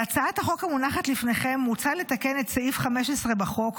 בהצעת החוק המונחת בפניכם מוצע לתקן את סעיף 15 בחוק,